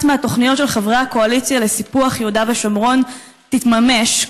מהתוכניות של חברי הקואליציה לסיפוח יהודה ושומרון תתממש,